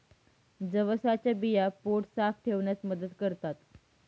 जवसाच्या बिया पोट साफ ठेवण्यास मदत करतात